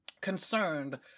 Concerned